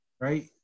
right